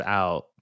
out